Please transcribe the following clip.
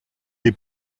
les